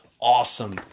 awesome